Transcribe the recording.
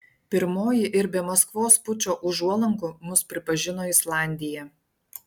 pirmoji ir be maskvos pučo užuolankų mus pripažino islandija